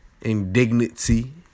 Indignity